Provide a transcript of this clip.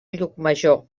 llucmajor